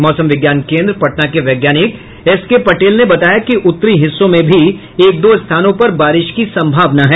मौसम विज्ञान कोन्द्र पटना के वैज्ञानिक एस के पटेल ने बताया कि उत्तरी हिस्सों में भी एक दो स्थानों पर बारिश की सम्भावना है